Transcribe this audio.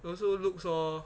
you also looks orh